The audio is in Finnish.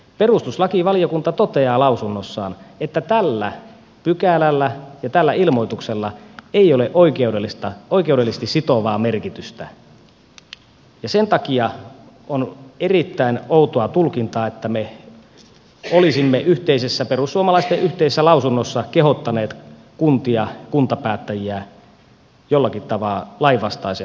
perustuslakivaliokunta toteaa lausunnossaan että tällä pykälällä ja tällä ilmoituksella ei ole oikeudellisesti sitovaa merkitystä ja sen takia on erittäin outoa tulkintaa että me olisimme perussuomalaisten kanssa yhteisessä lausunnossa kehottaneet kuntia kuntapäättäjiä jollakin tavalla lainvastaiseen toimintaan